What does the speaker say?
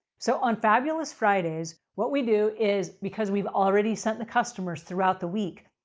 so, on fabulous fridays, what we do is, because we've already sent the customers throughout the week,